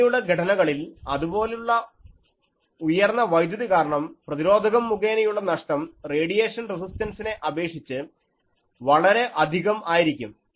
അങ്ങനെയുള്ള ഘടനകളിൽ അതുപോലെയുള്ള ഉയർന്ന വൈദ്യുതി കാരണം പ്രതിരോധകം മുഖേനയുള്ള നഷ്ടം റേഡിയേഷൻ റസിസ്റ്റൻസിനെ അപേക്ഷിച്ച് വളരെ അധികം ആയിരിക്കും